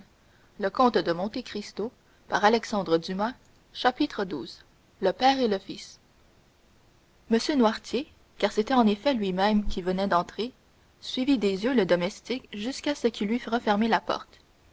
le domestique sortit en donnant des marques visibles d'étonnement xii le père et le fils m noirtier car c'était en effet lui-même qui venait d'entrer suivit des yeux le domestique jusqu'à ce qu'il eût refermé la porte